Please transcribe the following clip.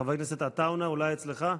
חבר הכנסת עטאונה, אולי אצלך?